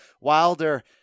Wilder